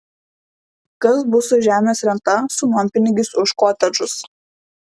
kas bus su žemės renta su nuompinigiais už kotedžus